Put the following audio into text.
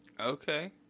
Okay